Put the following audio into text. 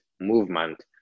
movement